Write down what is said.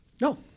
No